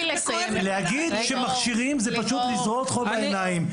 להגיד שמכשירים זה פשוט לזרות חול בעיניים.